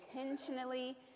intentionally